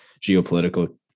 geopolitical